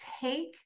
take